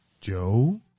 Joe